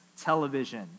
television